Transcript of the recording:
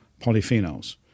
polyphenols